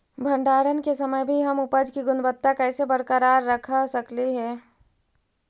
भंडारण के समय भी हम उपज की गुणवत्ता कैसे बरकरार रख सकली हे?